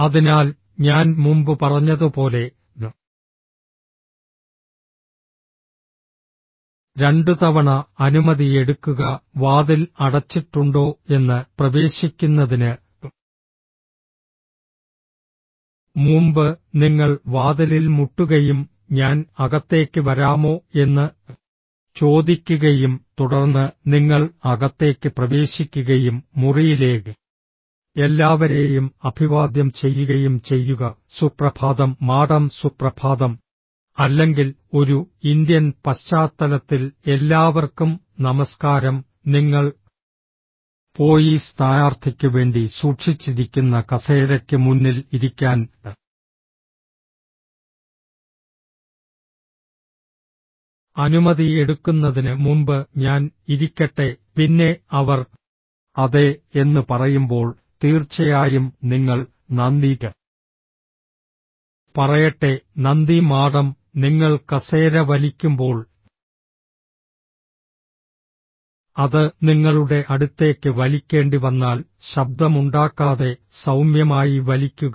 അതിനാൽ ഞാൻ മുമ്പ് പറഞ്ഞതുപോലെ രണ്ടുതവണ അനുമതി എടുക്കുക വാതിൽ അടച്ചിട്ടുണ്ടോ എന്ന് പ്രവേശിക്കുന്നതിന് മുമ്പ് നിങ്ങൾ വാതിലിൽ മുട്ടുകയും ഞാൻ അകത്തേക്ക് വരാമോ എന്ന് ചോദിക്കുകയും തുടർന്ന് നിങ്ങൾ അകത്തേക്ക് പ്രവേശിക്കുകയും മുറിയിലെ എല്ലാവരേയും അഭിവാദ്യം ചെയ്യുകയും ചെയ്യുക സുപ്രഭാതം മാഡം സുപ്രഭാതം അല്ലെങ്കിൽ ഒരു ഇന്ത്യൻ പശ്ചാത്തലത്തിൽ എല്ലാവർക്കും നമസ്കാരം നിങ്ങൾ പോയി സ്ഥാനാർത്ഥിക്ക് വേണ്ടി സൂക്ഷിച്ചിരിക്കുന്ന കസേരയ്ക്ക് മുന്നിൽ ഇരിക്കാൻ അനുമതി എടുക്കുന്നതിന് മുമ്പ് ഞാൻ ഇരിക്കട്ടെ പിന്നെ അവർ അതെ എന്ന് പറയുമ്പോൾ തീർച്ചയായും നിങ്ങൾ നന്ദി പറയട്ടെ നന്ദി മാഡം നിങ്ങൾ കസേര വലിക്കുമ്പോൾ അത് നിങ്ങളുടെ അടുത്തേക്ക് വലിക്കേണ്ടിവന്നാൽ ശബ്ദമുണ്ടാക്കാതെ സൌമ്യമായി വലിക്കുക